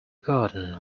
garden